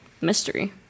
Mystery